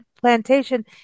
Plantation